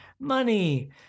money